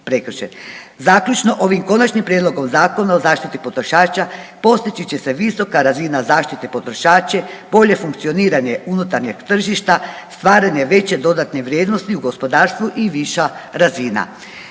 Zaključno, ovim konačnim prijedlogom Zakona o zaštiti potrošača postići će se visoka razina zaštita potrošača, bolje funkcioniranje unutarnjeg tržišta, stvaranje veće dodatne vrijednosti u gospodarstvu i viša razina